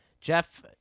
Jeff